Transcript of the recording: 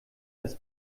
das